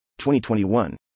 2021